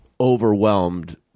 overwhelmed